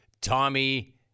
Tommy